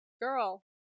Girl